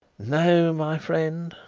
no, my friend,